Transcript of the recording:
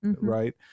right